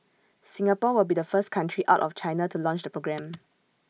Singapore will be the first country out of China to launch the programme